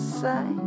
say